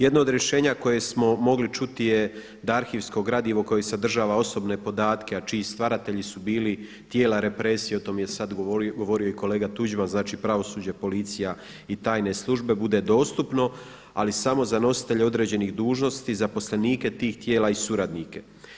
Jedno od rješenja koje smo mogli čuti je da arhivsko gradivo koje sadržava osobne podatke, a čiji stvaratelji su bili tijela represije, o tome je sada govorio i kolega Tuđman, znači pravosuđe, policija i tajne službe, bude dostupno ali samo za nositelje određenih dužnosti, zaposlenike tih tijela i suradnike.